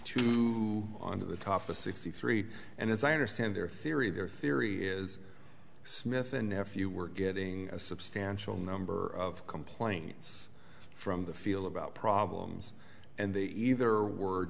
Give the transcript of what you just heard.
two on the toughest sixty three and as i understand their theory their theory is smith and nephew were getting a substantial number of complaints from the feel about problems and they either word